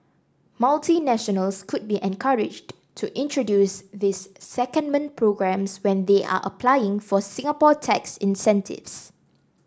multinationals could be encouraged to introduce these secondment programmes when they are applying for Singapore tax incentives